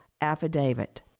affidavit